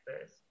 first